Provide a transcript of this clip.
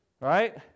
Right